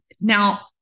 Now